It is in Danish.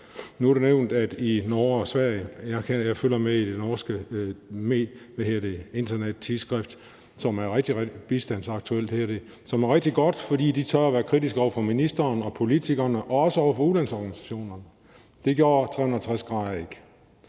Sverige, og jeg følger med i et norsk internettidsskrift, som er rigtig, rigtig godt – det hedder Bistandsaktuelt – fordi de tør at være kritiske over for ministeren og politikerne og også over for ulandsorganisationerne. Det gjorde Magasinet